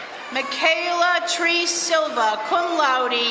makayla tree silva, cum laude,